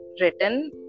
written